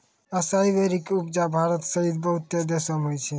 असाई berry के उपजा भारत सहित बहुते देशो मे होय छै